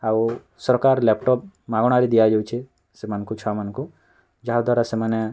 ଆଉ ସରକାର ଲାପଟୋପ୍ ମାଗଣାରେ ଦିଆ ଯାଉଛେ ସେମାନ୍ଙ୍କୁ ଛୁଆମାନ୍ଙ୍କୁ ଯାହା ଦ୍ଵାରା ସେମାନେ